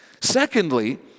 Secondly